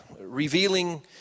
revealing